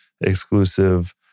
exclusive